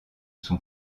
son